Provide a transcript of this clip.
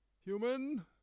human